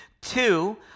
Two